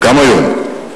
גם היום,